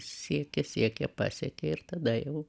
siekia siekia pasiekia ir tada jau